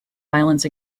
violence